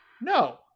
No